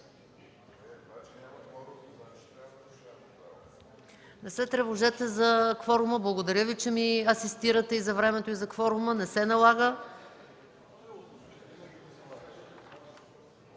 Не се тревожете за кворума. Благодаря Ви, че ми асистирате за времето и за кворума. Не се налага.